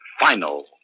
final